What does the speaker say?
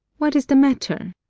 what is the matter?